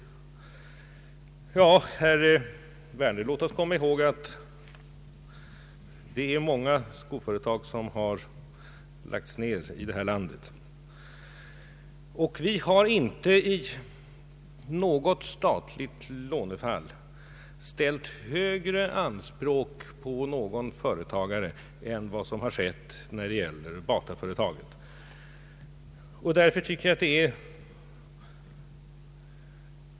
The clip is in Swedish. Jag vill säga till herr Werner att vi bör komma ihåg att många skoföretag i det här landet har lagts ned. Vi har inte i något statligt låneärende ställt högre anspråk på någon företagare än på Bataföretaget.